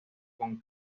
con